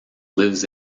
lives